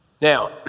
Now